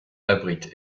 abrite